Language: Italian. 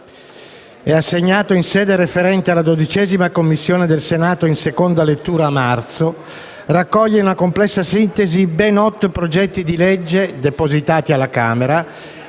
e assegnato in sede referente alla 12ª Commissione del Senato in seconda lettura a marzo, raccoglie in una complessa sintesi ben otto progetti di legge depositati alla Camera.